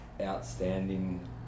outstanding